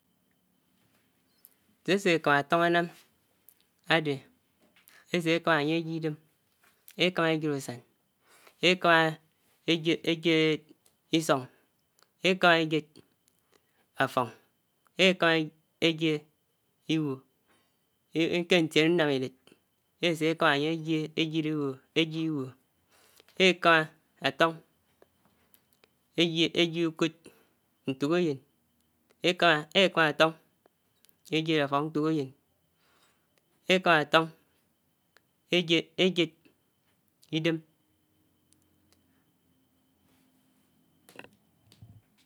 Sè èsè èkámá átóng ènàm ádè èsè kámá ányi ejiè idem èkámá èjèd usàn èkámá èjèd isòng èkámá èjèd áffóng èkámá èjèd Iwo kè ntiè nàm idéd èsè èkámá ányè èjèd Iwo, èkámá átóng èjîe, èjiè ukòd, ntòk áyèn èkámá èkámá átóng èjèd áffòng ntòk áyèn èkámá átóng èjiè èjèd idèm.